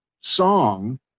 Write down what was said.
song